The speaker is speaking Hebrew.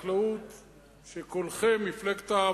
השאלה אם אתה יודע, אתה טועה וגם מטעה עכשיו,